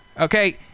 Okay